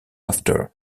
after